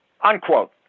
unquote